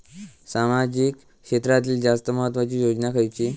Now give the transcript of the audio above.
सामाजिक क्षेत्रांतील जास्त महत्त्वाची योजना खयची?